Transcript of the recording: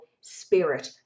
spirit